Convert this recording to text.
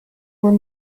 were